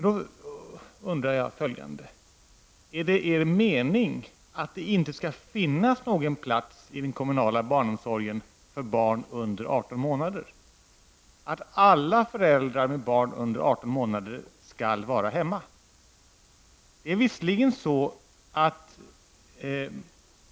Jag undrar följande: Är det er mening att det inte skall finnas någon plats i den kommunala barnomsorgen för barn under 18 månader, dvs. att alla föräldrar med barn under 18 månader skall vara hemma?